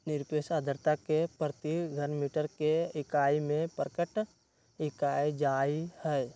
निरपेक्ष आर्द्रता के प्रति घन मीटर के इकाई में प्रकट कइल जाहई